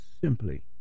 simply